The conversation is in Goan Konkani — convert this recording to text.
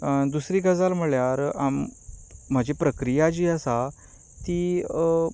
दुसरी गजाल म्हणल्यार म्हजी प्रक्रिया जी आसा ती